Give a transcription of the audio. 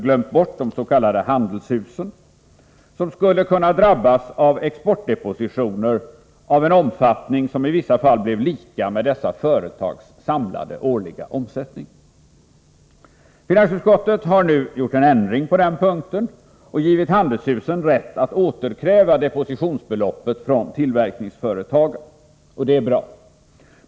glömt bort de s.k. handelshusen, som skulle kunna drabbas av exportdepositioner av en omfattning som i vissa fall blev lika med dessa företags samlade årliga omsättning. Finansutskottet har nu gjort en ändring på den punkten och givit handelshusen rätt att återkräva depositionsbeloppet från tillverkningsföretagen, och det är bra.